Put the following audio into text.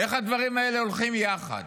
איך הדברים האלה הולכים יחד?